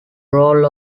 role